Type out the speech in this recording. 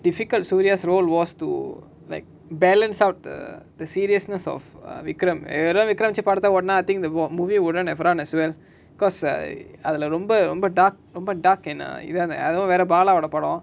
difficult suria's role was to like balance out the the seriousness of err vikram ஏதோ:yetho vikram நடிச்ச படத்த ஓட்னா:nadicha padatha oatna I think the oh movie wouldn't have run as well cause I அதுல ரொம்ப ரொம்ப:athula romba romba dark ரொம்ப:romba dark எனா இது அந்த அது வெர:ena ithu antha athu vera bala வோட படோ:voda pado